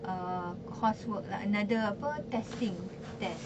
err coursework lah another apa testing test